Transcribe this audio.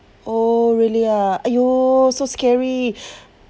oh really ah !aiyo! so scary